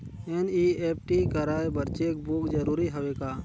NEFT कराय बर cheque book जरूरी हवय का?